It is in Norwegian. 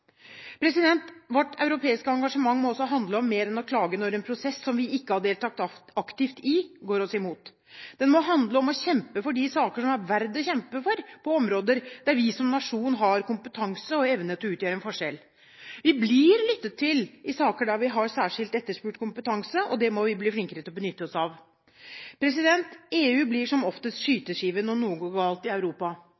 Vårt europeiske engasjement må også handle om mer enn å klage når en prosess som vi ikke har deltatt aktivt i, går oss imot. Den må handle om å kjempe for de saker som er verdt å kjempe for, på områder der vi som nasjon har kompetanse og evne til å utgjøre en forskjell. Vi blir lyttet til i saker der vi har særskilt etterspurt kompetanse, og det må vi bli flinkere til å benytte oss av. EU blir som oftest